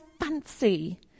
fancy